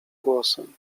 głosem